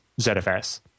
zfs